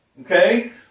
okay